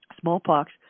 smallpox